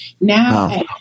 now